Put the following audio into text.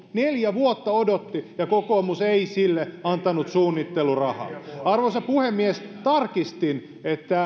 neljä vuotta odotti ja kokoomus ei sille antanut suunnittelurahaa arvoisa puhemies kun tarkistin